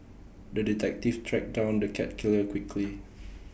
the detective tracked down the cat killer quickly